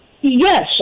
Yes